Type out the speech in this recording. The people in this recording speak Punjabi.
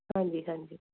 ਹਾਂਜੀ ਹਾਂਜੀ